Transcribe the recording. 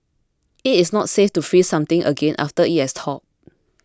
it is not safe to freeze something again after it has thawed